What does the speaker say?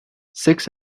six